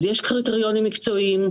יש קריטריונים מקצועיים,